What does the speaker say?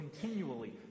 continually